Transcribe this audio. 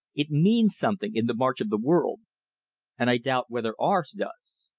it means something in the march of the world and i doubt whether ours does.